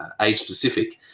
age-specific